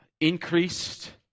increased